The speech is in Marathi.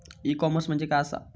ई कॉमर्स म्हणजे मझ्या आसा?